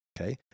Okay